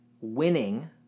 winning